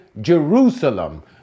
Jerusalem